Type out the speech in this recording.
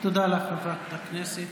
תודה לך, חברת הכנסת